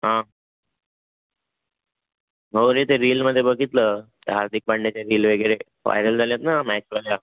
हां हो रे ते रीलमध्ये बघितलं त्या हार्दिक पांड्याच्या रील वगैरे व्हायरल झाल्यात ना मॅचवाल्या